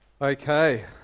Okay